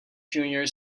junior